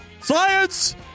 Science